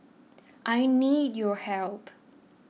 I need your help